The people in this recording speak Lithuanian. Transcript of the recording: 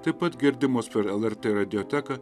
taip pat girdimos per lrt radioteką